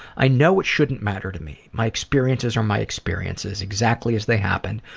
i know it shouldn't matter to me. my experiences are my experiences, exactly as they happened.